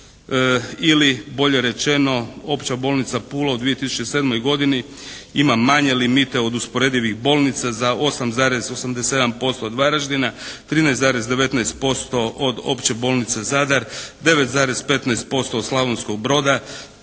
ili bolje rečeno Opća bolnica Pula u 2007. godini ima manje limite od usporedivih bolnica za 8,87% od Varaždina, 13,19% od Opće bolnice Zadar, 9,15% od Slavonskog Broda